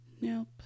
Nope